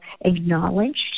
acknowledged